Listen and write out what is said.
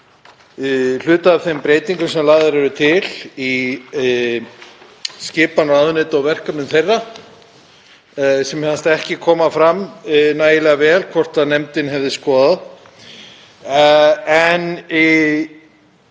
hluta af þeim breytingum sem lagðar eru til um skipan ráðuneyta og verkefni þeirra, sem mér fannst ekki koma fram nægilega vel hvort nefndin hefði skoðað. En